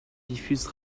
diffuse